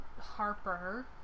Harper